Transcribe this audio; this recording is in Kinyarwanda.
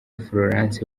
florence